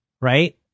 right